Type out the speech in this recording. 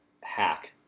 hack